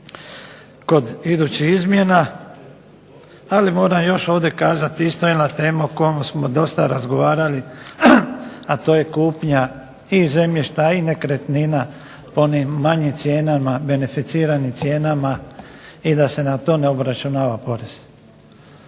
kod idućih izmjena. Ali moram još ovdje kazat, isto ona tema o kojoj smo dosta razgovarali, a to je kupnja i zemljišta i nekretnina po onim manjim cijenama, beneficiranim cijenama i da se na to ne obračunava porez.